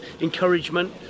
encouragement